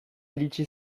iritsi